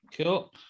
cool